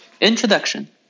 Introduction